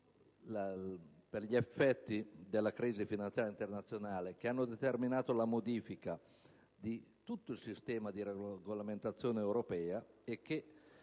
per gli effetti della crisi finanziaria internazionale, che hanno determinato la modifica di tutto il sistema di regolamentazione europea e che,